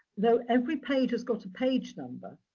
though, every page has got a page number,